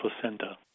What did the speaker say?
placenta